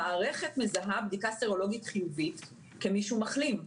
המערכת מזהה בדיקה סרולוגית חיובית כמישהו מחלים,